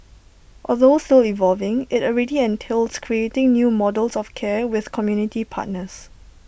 although still evolving IT already entails creating new models of care with community partners